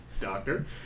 Doctor